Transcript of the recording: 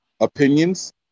opinions